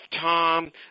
Tom